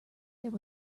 there